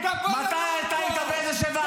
אתה כל היום בחדר.